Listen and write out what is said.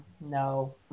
no